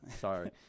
Sorry